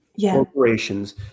corporations